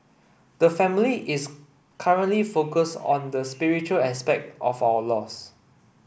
the family is currently focused on the spiritual aspect of our loss